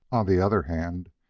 on the other hand,